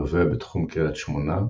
הנובע בתחום קריית שמונה,